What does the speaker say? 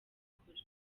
gukora